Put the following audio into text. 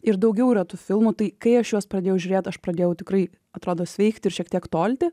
ir daugiau retų filmų tai kai aš juos pradėjau žiūrėt aš pradėjau tikrai atrodo sveikti ir šiek tiek tolti